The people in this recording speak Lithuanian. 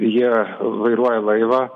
jie vairuoja laivą